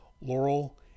Laurel